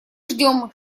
ждем